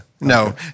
No